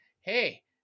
hey